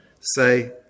say